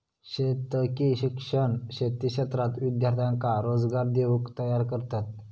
शेतकी शिक्षण शेती क्षेत्रात विद्यार्थ्यांका रोजगार देऊक तयार करतत